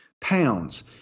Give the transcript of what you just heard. pounds